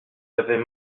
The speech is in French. avais